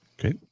Okay